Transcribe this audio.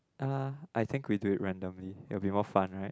uh I think we do it randomly it will be more fun right